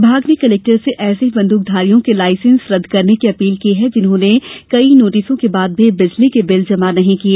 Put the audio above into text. विभाग ने कलेक्टर से ऐसे बंद्क धारियों के लायसेंस रद्द करने की अपील की है जिन्होंने कई नोटिसों के बाद भी बिजली के बिल जमा नहीं किए